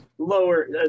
Lower